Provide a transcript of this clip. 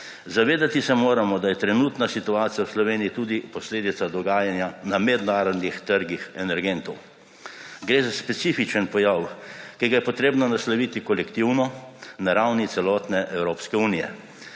Zavedati se moramo, da je trenutna situacija v Sloveniji tudi posledica dogajanja na mednarodnih trgih energentov. Gre za specifičen pojav, ki ga je treba nasloviti kolektivno, na ravni celotne Evropske unije.